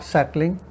Settling